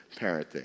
parenting